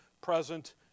present